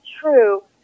true